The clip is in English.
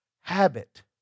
habit